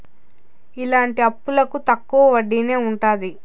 ఇలాంటి అప్పులకు తక్కువ వడ్డీనే ఉంటది